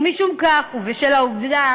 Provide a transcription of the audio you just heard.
ומשום כך, ובשל העובדה